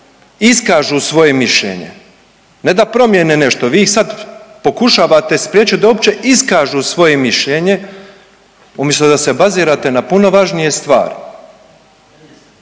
iskažu svoje mišljenje, ne da promjene nešto. Vi sad pokušavate spriječit da uopće iskažu svoje mišljenje umjesto da se bazirate na puno važnije stvari,